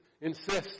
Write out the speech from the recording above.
insists